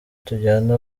tujyana